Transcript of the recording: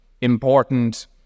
important